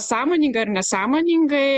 sąmoningai ar nesąmoningai